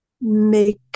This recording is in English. make